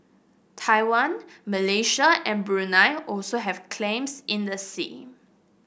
Taiwan Malaysia and Brunei also have claims in the sea